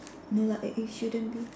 no lah it it shouldn't be